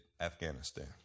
Afghanistan